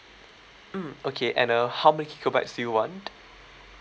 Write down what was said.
mm okay and uh how many gigabytes do you want